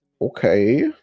Okay